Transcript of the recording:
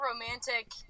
romantic